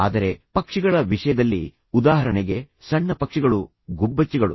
ಆದರೆ ಪಕ್ಷಿಗಳ ವಿಷಯದಲ್ಲಿ ಉದಾಹರಣೆಗೆ ಸಣ್ಣ ಪಕ್ಷಿಗಳು ಗುಬ್ಬಚ್ಚಿಗಳು